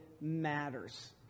matters